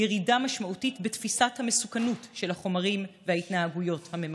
ירידה משמעותית בתפיסת המסוכנות של החומרים וההתנהגויות הממכרות.